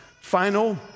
final